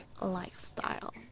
lifestyle